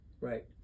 right